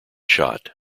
shot